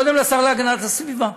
קודם לשר להגנת הסביבה,